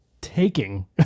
taking